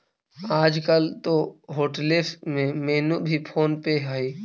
आजकल तो होटेल्स में मेनू भी फोन पे हइ